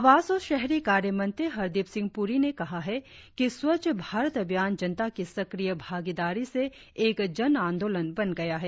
आवास और शहरी कार्य मंत्री हरदीप सिंह पूरी ने कहा है कि स्वच्छ भात अभियान जनता की सक्रिय भागीदारी से एक जनांदोलन बन गया है